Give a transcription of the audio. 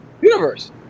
Universe